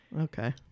Okay